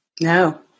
No